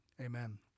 Amen